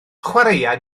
chwaraea